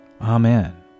Amen